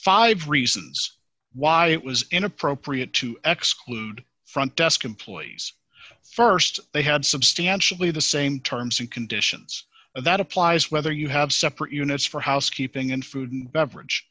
five reasons why it was inappropriate to ex clude front desk employees st they had substantially the same terms and conditions that applies whether you have separate units for housekeeping and food and beverage